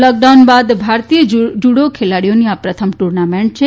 lockdown બાદ ભારતીય judo ખેલાડીઓની આ પ્રથમ ટૂર્નામેન્ટ છે